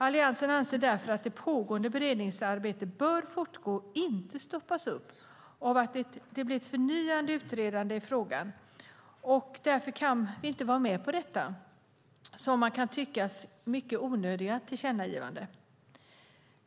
Alliansen anser att det pågående beredningsarbetet bör fortgå och inte stoppas upp av ett förnyat utredande av frågan. Därför kan vi inte vara med på detta som det kan tyckas mycket onödiga tillkännagivande.